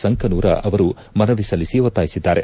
ಸಂಕನೂರ ಅವರು ಮನವಿ ಸಲ್ಲಿಸಿ ಒತ್ತಾಯಿಸಿದ್ದಾರೆ